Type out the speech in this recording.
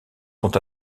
sont